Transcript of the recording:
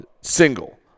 single